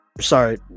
sorry